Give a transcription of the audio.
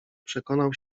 przekonał